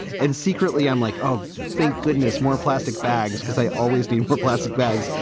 and secretly, i'm like, oh, thank goodness, more plastic bags, because i always need more plastic bags.